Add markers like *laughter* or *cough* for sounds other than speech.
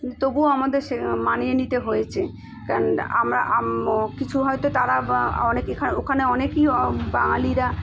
তবুও আমাদের সে মানিয়ে নিতে হয়েছে কারণ আমরা *unintelligible* কিছু হয়তো তারা বা অনেক *unintelligible* ওখানে অনেকই বাঙালিরা